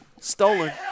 Stolen